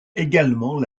également